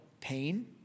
Pain